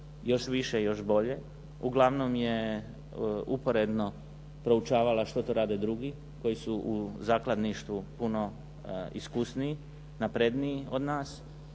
još više i još bolje. Uglavnom je uporedno proučavala što to rade drugi koji su u zakladništvu puno iskusniji, napredniji od nas